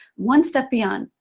one step beyond.